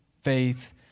faith